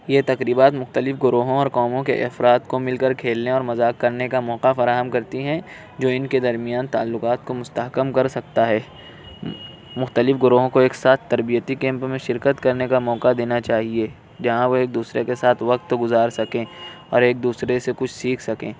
یہ تقریبات مختلف گروہوں اور قوموں کے افراد کو مل کر کھیلنے اور مذاق کرنے کا موقع فراہم کرتی ہیں جو ان کے درمیان تعلقات کو مستحکم کر سکتا ہے مختلف گروہوں کو ایک ساتھ تربیتی کیمپ میں شرکت کرنے کا موقع دینا چاہیے جہاں وہ ایک دوسرے کے ساتھ وقت گزار سکیں اور ایک دوسرے سے کچھ سیکھ سکیں